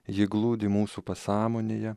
ji glūdi mūsų pasąmonėje